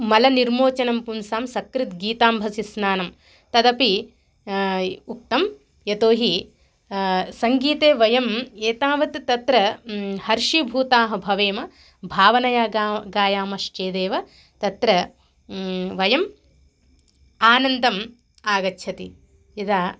मलनिर्मोचनं पुंसां सकृद्गीताम्भसि स्नानं तदपि उक्तं यतो हि सङ्गीते वयम् एतावत् तत्र हर्षीभूताः भवेम भावनया गा गायामश्चेदेव तत्र वयम् आनन्दम् आगच्छति यदा